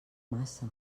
massa